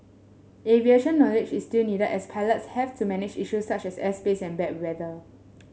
aviation knowledge is still needed as pilots have to manage issue such as airspace and bad weather